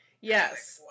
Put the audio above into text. Yes